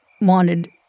wanted